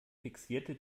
fixierte